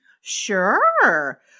Sure